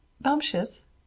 bumptious